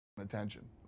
attention